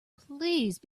please